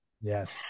Yes